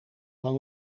van